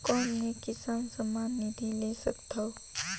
कौन मै किसान सम्मान निधि ले सकथौं?